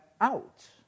out